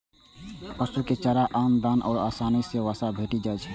पशु कें चारा आ दाना सं आसानी सं वसा भेटि जाइ छै